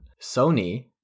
Sony